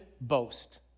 boast